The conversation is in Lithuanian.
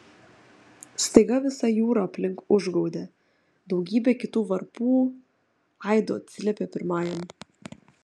staiga visa jūra aplink užgaudė daugybė kitų varpų aidu atsiliepė pirmajam